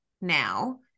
now